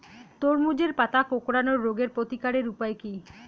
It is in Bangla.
তরমুজের পাতা কোঁকড়ানো রোগের প্রতিকারের উপায় কী?